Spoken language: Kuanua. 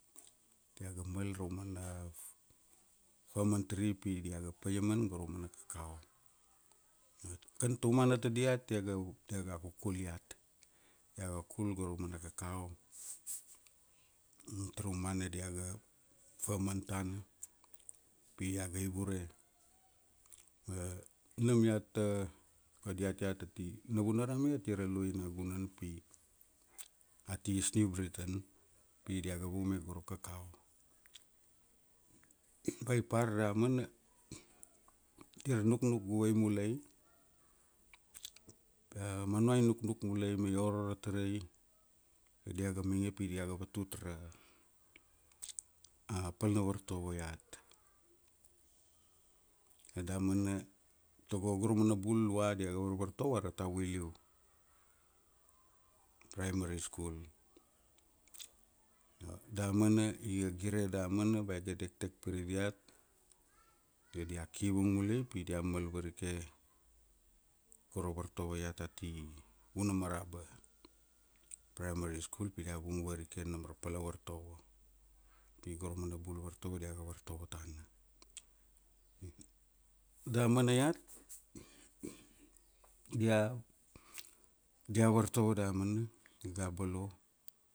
Dia ga mal ra umana famantri pi diaga paiaman go ra mana kakao. Ma kan taumana tadiat dia ga, dia ga kukul iat. Dia ga kul go ra mana kakao. Taraumana dia ga faman tana, pi dia ga ivure. Ma, nam iat kadiat iat ati Navunaram iat ia ra luai na gunan pi, ati East New Britain, pi diaga vaume go ra kakao. Ba i par damana, dia nuknuk guvai mulai, Manua i nuknuk mulai ma i oro ra tarai, dia ga mainge pi diag vatut ra, a pal na vartovo iat. A damana, tago go ra mana bul lua dia ga varvartovo ara Tavui Liu Priary school. A damana, iga gire damana ba iga dek dek pire diat, io dia kivung mulai pi dia mal varike, go ra vartovo iat ati Vunamaraba Primary School pia dia vung varike nam ra pal na vartovo. Pi go ra mana bul vartovo dia ga vartovo tana. Damana iat, dia, dia varto damana iga bolo